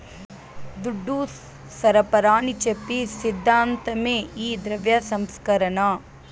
దుడ్డు సరఫరాని చెప్పి సిద్ధాంతమే ఈ ద్రవ్య సంస్కరణ